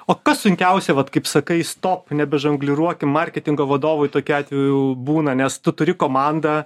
o kas sunkiausia vat kaip sakai stop nebežongliruokim marketingo vadovui tokiu atveju būna nes tu turi komandą